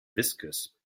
viscous